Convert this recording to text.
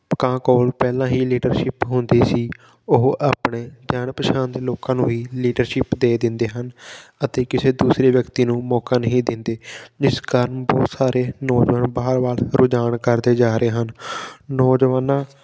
ਕਾ ਕੋਲ ਪਹਿਲਾਂ ਹੀ ਲੀਡਰਸ਼ਿਪ ਹੁੰਦੀ ਸੀ ਉਹ ਆਪਣੇ ਜਾਣ ਪਛਾਣ ਦੇ ਲੋਕਾਂ ਨੂੰ ਵੀ ਲੀਡਰਸ਼ਿਪ ਦੇ ਦਿੰਦੇ ਹਨ ਅਤੇ ਕਿਸੇ ਦੂਸਰੇ ਵਿਅਕਤੀ ਨੂੰ ਮੌਕਾ ਨਹੀਂ ਦਿੰਦੇ ਜਿਸ ਕਾਰਨ ਬਹੁਤ ਸਾਰੇ ਨੋਜਵਾਨ ਬਾਹਰ ਵੱਲ ਰੁਝਾਨ ਕਰਦੇ ਜਾ ਰਹੇ ਹਨ ਨੌਜਵਾਨਾਂ